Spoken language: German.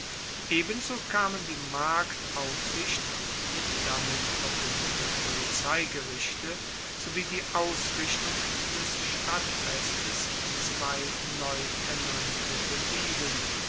ebenso kamen die marktaufsicht und die damit verbundenen polizeigerichte sowie die ausrichtung des stadtfestes an zwei neu ernannte